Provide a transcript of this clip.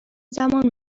زمان